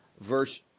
Verse